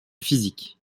physique